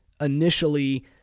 initially